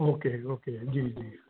okay okay जी जी